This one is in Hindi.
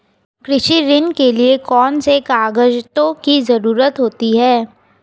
कृषि ऋण के लिऐ कौन से कागजातों की जरूरत होती है?